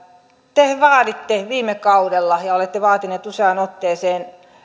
te vaaditte viime kaudella ja olette vaatineet useaan otteeseen